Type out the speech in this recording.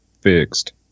fixed